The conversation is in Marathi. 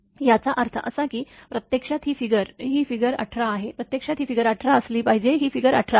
याचा अर्थ असा की प्रत्यक्षात ही फिगर आहे ही फिगर १८ आहे प्रत्यक्षात ही फिगर १८ असली पाहिजे ही फिगर १८ आहे